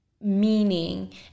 meaning